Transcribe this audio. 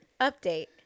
Update